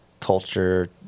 culture